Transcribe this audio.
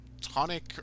tonic